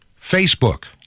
Facebook